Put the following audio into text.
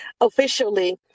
officially